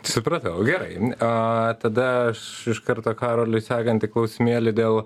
supratau gerai o tada aš iš karto karoliui sekantį klausimėlį dėl